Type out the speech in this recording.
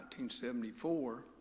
1974